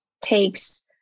takes